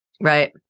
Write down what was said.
right